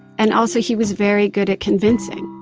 and also he was very good at convincing